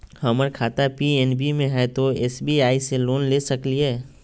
हमर खाता पी.एन.बी मे हय, तो एस.बी.आई से लोन ले सकलिए?